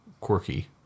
quirky